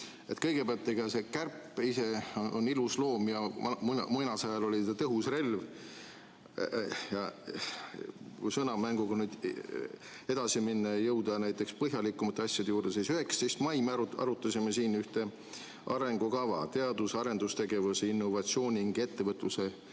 Kõigepealt, kärp ise on ilus loom ja muinasajal oli ta tõhus relv. Kui sõnamänguga edasi minna ja jõuda näiteks põhjalikumate asjade juurde, siis 19. mail me arutasime siin ühte arengukava, teadus‑ ja arendustegevuse, innovatsiooni ning ettevõtluse